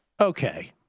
Okay